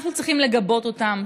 אנחנו צריכים לגבות אותם.